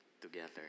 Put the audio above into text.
together